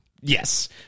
Yes